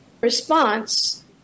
response